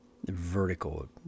vertical